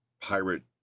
pirate